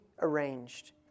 arranged